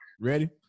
Ready